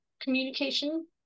communication